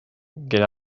get